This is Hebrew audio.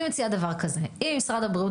אני מציעה דבר כזה: אם משרד הבריאות